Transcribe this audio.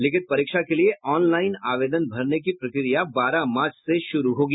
लिखित परीक्षा के लिये ऑनलाइन आवेदन भरने की प्रक्रिया बारह मार्च से शुरू होगी